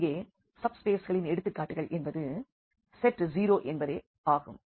இங்கே சப்ஸ்பேஸ்களின் எடுத்துக்காட்டுகள் என்பது செட் 0 என்பதே ஆகும்